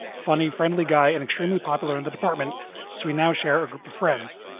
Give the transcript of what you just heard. funny, friendly guy and extremely popular in the department. so we now share a group of friends.